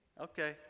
Okay